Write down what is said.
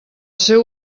seu